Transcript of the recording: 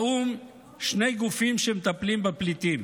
לאו"ם שני גופים שמטפלים בפליטים: